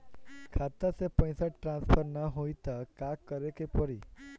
खाता से पैसा ट्रासर्फर न होई त का करे के पड़ी?